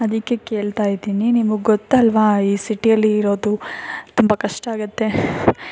ಅದಕ್ಕೆ ಕೇಳ್ತಾ ಇದ್ದೀನಿ ನಿಮಗೆ ಗೊತ್ತಲ್ವ ಈ ಸಿಟಿಯಲ್ಲಿ ಇರೋದು ತುಂಬ ಕಷ್ಟ ಆಗತ್ತೆ